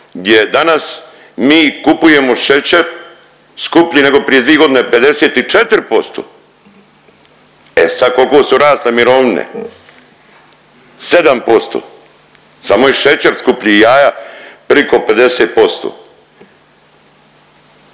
gdje danas mi kupujemo šećer skuplji nego prije dvije godine 54%. E sad koliko su rasle mirovine 7%, samo je šećer skuplji i jaja preko 50%.